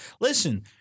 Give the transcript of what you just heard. listen